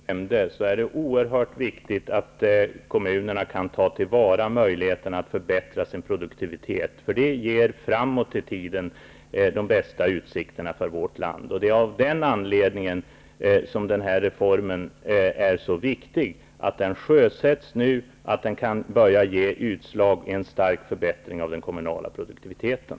Herr talman! För just de grupper som Lars-Ove Hagberg nämnde är det viktigt att kommunerna kan ta till vara möjligheten att förbättra sin produktivitet, för det ger framåt i tiden de bästa utsikterna för vårt land. Det är av den anledningen som det är så viktigt att statsbidragsreformen sjösätts nu, så att den kan börja ge utslag i en stark förbättring av den kommunala produktiviteten.